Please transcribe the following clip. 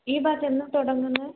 ഈ ബാച്ച് എന്നാണ് തുടങ്ങുന്നത്